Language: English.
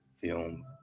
Film